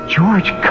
George